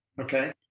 Okay